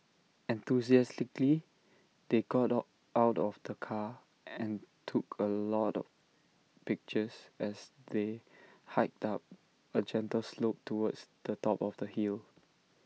enthusiastically they got out of the car and took A lot of pictures as they hiked up A gentle slope towards the top of the hill